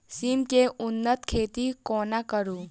सिम केँ उन्नत खेती कोना करू?